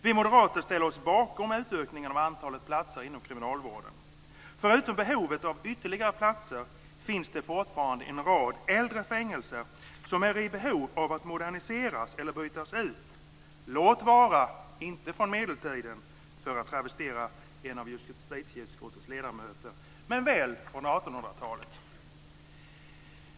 Vi moderater ställer oss bakom utökningen av antalet platser inom kriminalvården. Förutom behovet av ytterligare platser finns det fortfarande en rad äldre fängelser som är i behov av att moderniseras eller bytas ut. De kanske inte är från medeltiden, för att travestera en av justitieutskottets ledamöter, men väl från 1800-talet.